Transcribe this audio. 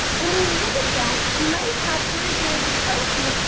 and when you look at that, you may have thirty grams of protein,